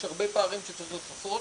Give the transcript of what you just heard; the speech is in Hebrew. יש הרבה פערים שצריך לכסות,